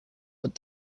but